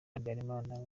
habyarimana